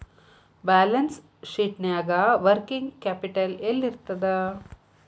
Balance ಶೇಟ್ನ್ಯಾಗ working capital ಯೆಲ್ಲಿರ್ತದ?